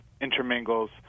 intermingles